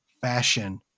fashion